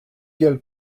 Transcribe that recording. gueule